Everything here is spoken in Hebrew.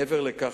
מעבר לכך,